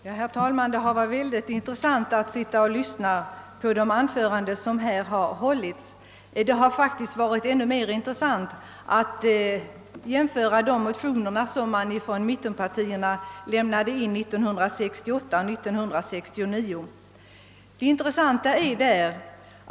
Herr talman! Det har varit mycket intressant att lyssna till de anföranden som hållits. Ännu intressantare har det varit att jämföra de motioner som väcktes 1968 och de som väckts i år.